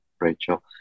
Rachel